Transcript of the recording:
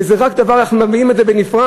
שזה רק דבר ואנחנו מביאים את זה בנפרד,